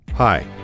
Hi